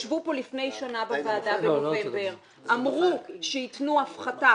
ישבו כאן לפני שנה בוועדה ואמרו שייתנו הפחתה,